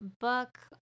book